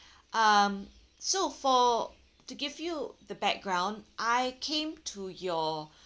um so for to give you the background I came to your